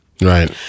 Right